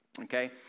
Okay